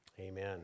Amen